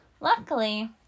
Luckily